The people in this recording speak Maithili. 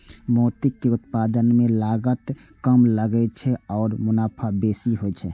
मोतीक उत्पादन मे लागत कम लागै छै आ मुनाफा बेसी होइ छै